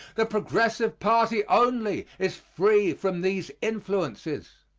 the progressive party only is free from these influences.